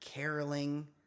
caroling